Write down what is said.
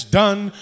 done